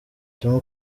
tom